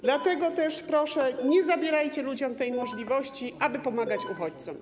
Dlatego też proszę: nie zabierajcie ludziom tej możliwości, aby pomagać uchodźcom.